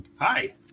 hi